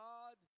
God